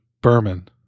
Berman